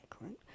right